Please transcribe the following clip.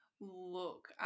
look